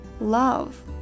love